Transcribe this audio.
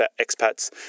expats